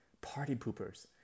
party-poopers